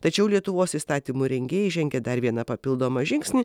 tačiau lietuvos įstatymų rengėjai žengė dar vieną papildomą žingsnį